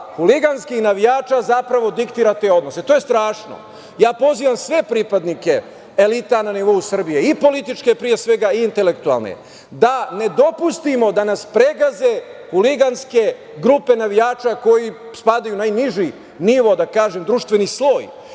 huliganskih navijača zapravo diktira te odnose. To je strašno. Pozivam sve pripadnike elita na nivou Srbije i političke prirode, a pre svega intelektualne, da ne dopustimo da nas pregaze huliganske grupe navijača koji spadaju u najniži nivo, da kažem, društveni sloj